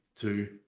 two